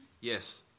Yes